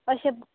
अशे